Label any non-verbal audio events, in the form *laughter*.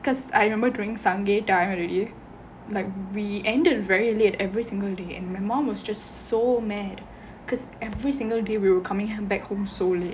because I remember during sunday *laughs* but we ended very late every single day and my mom was just so mad because every single day we were coming back home so late